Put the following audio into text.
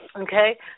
Okay